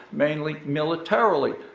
mainly militarily.